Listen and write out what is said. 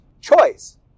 choice